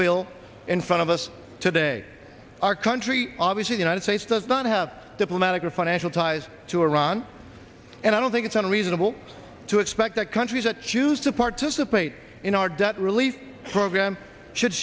bill in front of us today our country obviously united states does not have diplomatic or financial ties to iran and i don't think it's unreasonable to expect that countries that choose to participate in our debt relief program should